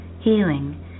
healing